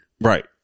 Right